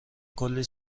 کلی